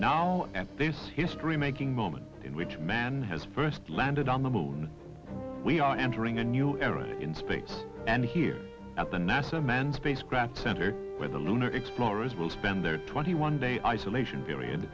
now at this history making moment in which man has first landed on the moon we are entering a new era in space and here at the nasa manned spacecraft center where the lunar explorers will spend their twenty one day isolation period